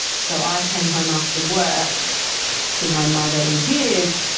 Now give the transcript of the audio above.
so i came home after work to my mother in tears,